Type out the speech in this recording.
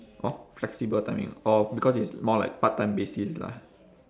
orh flexible timing ah orh because it's more like part time basis lah